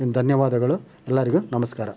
ಧನ್ಯವಾದಗಳು ಎಲ್ಲರಿಗೂ ನಮಸ್ಕಾರ